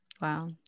Wow